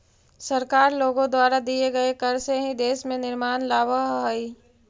सरकार लोगों द्वारा दिए गए कर से ही देश में निर्माण लावअ हई